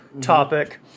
topic